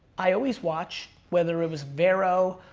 i always watch whether it was vero,